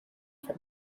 from